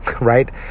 right